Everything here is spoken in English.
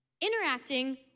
interacting